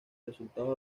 resultados